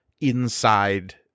inside